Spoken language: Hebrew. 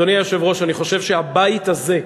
אדוני היושב-ראש, אני חושב שהבית הזה,